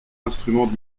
instrument